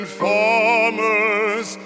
farmers